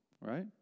right